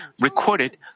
recorded